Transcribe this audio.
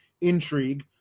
intrigue